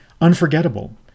unforgettable